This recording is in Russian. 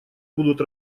будут